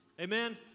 Amen